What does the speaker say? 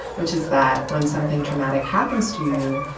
which is that when something traumatic happens to you,